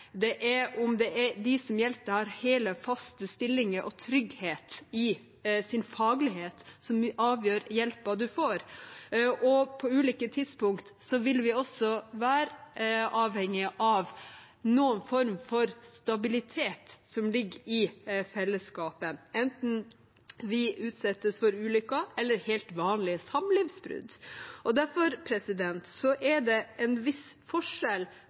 Det er om de som hjelper deg, har hele og faste stillinger og trygghet i sin faglighet som avgjør hvilken hjelp man får. På ulike tidspunkt vil vi også være avhengige av noen form for stabilitet som ligger i fellesskapet, enten vi utsettes for ulykker eller helt vanlige samlivsbrudd. Derfor er det en viss forskjell